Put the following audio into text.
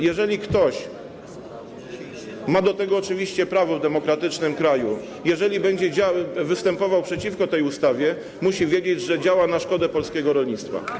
Jeżeli ktoś ma do tego oczywiście prawo w demokratycznym kraju, jeżeli będzie występował przeciwko tej ustawie, musi wiedzieć, że działa na szkodę polskiego rolnictwa.